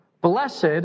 Blessed